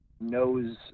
knows